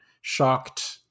shocked